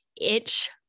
itch